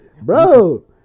Bro